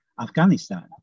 Afghanistan